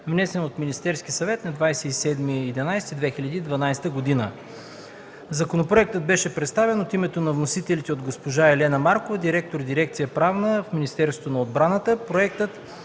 внесен от Министерския съвет на 27 ноември 2012 г. Законопроектът беше представен от името на вносителите от госпожа Елена Маркова – директор на Дирекция „Правна” в Министерство на отбраната.